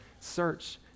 search